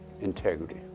Integrity